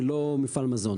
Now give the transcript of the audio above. היא לא מפעל מזון.